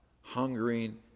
hungering